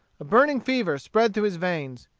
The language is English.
a burning fever spread through his veins.